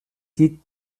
qui